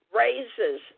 raises